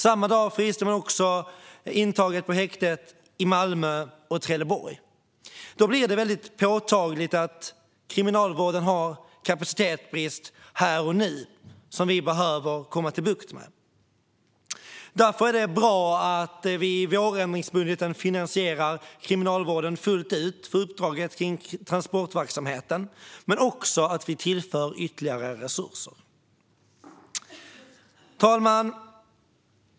Samma dag frös man också intaget på häktet i Malmö och i Trelleborg. Då blir det väldigt påtagligt att Kriminalvården här och nu har en kapacitetsbrist som vi behöver få bukt med. Därför är det bra att vi i vårändringsbudgeten finansierar Kriminalvården fullt ut för uppdraget kring transportverksamheten samt att vi tillför ytterligare resurser. Fru talman!